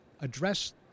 address